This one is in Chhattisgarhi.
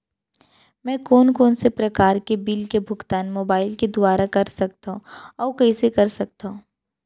मैं कोन कोन से प्रकार के बिल के भुगतान मोबाईल के दुवारा कर सकथव अऊ कइसे कर सकथव?